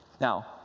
Now